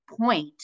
point